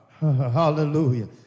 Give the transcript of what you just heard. hallelujah